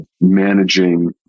managing